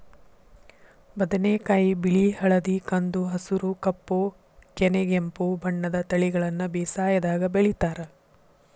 ಬದನೆಕಾಯಿ ಬಿಳಿ ಹಳದಿ ಕಂದು ಹಸುರು ಕಪ್ಪು ಕನೆಗೆಂಪು ಬಣ್ಣದ ತಳಿಗಳನ್ನ ಬೇಸಾಯದಾಗ ಬೆಳಿತಾರ